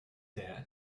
debt